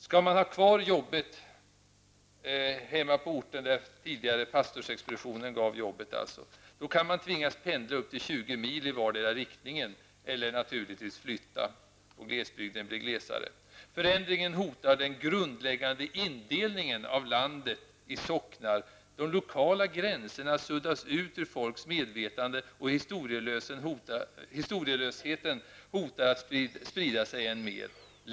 Skall man ha kvar jobbet hemma på pastorsexpeditionen på orten, kan man tvingas pendla upp till 20 mil i vardera riktningen eller naturligtvis flytta och glesbygden blir glesare. Förändringen hotar den grundläggande indelningen av landet i socknar. De lokala gränserna suddas ut ur folks medvetande och historielösheten hotar att sprida sig än mer.